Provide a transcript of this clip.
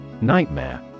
Nightmare